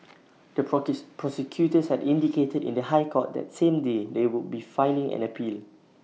the prosecutors had indicated in the High Court that same day they would be filing an appeal